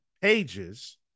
pages